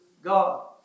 God